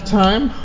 time